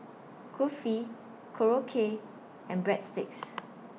Kulfi Korokke and Breadsticks